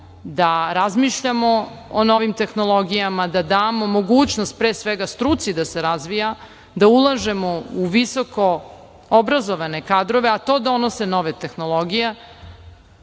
da razmišljamo o novim tehnologijama, da damo mogućnost, pre svega struci da se razvija, da ulažemo u visoko obrazovane kadrove, a to donose nove tehnologije